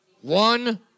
one